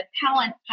talent